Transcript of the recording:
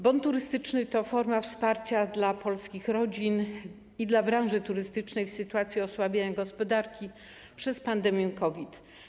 Bon turystyczny to forma wsparcia dla polskich rodzin i dla branży turystycznej w sytuacji osłabienia gospodarki przez pandemię COVID-19.